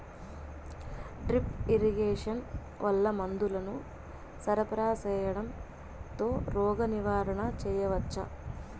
Drip irrigation వల్ల మందులను సరఫరా సేయడం తో రోగ నివారణ చేయవచ్చా?